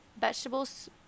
vegetables